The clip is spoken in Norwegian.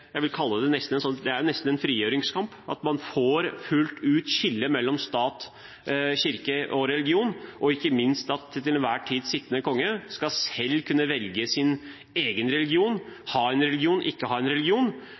jeg vil nesten kalle det en frigjøringskamp – slik at man fullt ut fikk skille mellom stat og kirke og religion, og ikke minst at den til enhver tid sittende konge selv skal kunne velge sin egen religion – ha en religion / ikke ha en religion.